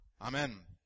Amen